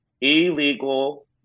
illegal